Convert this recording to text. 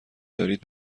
دارید